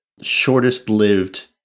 shortest-lived